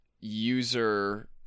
user